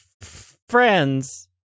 friends